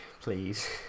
Please